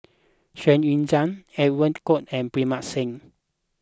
Xu Yuan Zhen Edwin Koo and Pritam Singh